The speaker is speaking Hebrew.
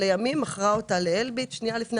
לימים מכרה אותה ל"אלביט" ושנייה לפני